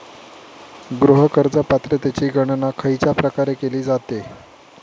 गृह कर्ज पात्रतेची गणना खयच्या प्रकारे केली जाते?